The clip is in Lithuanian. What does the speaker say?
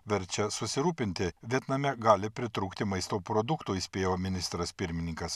verčia susirūpinti vietname gali pritrūkti maisto produktų įspėjo ministras pirmininkas